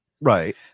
Right